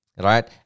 right